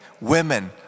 Women